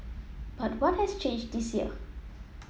but what has changed this year